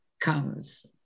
comes